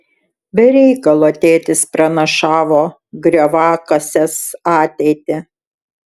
be reikalo tėtis pranašavo grioviakasės ateitį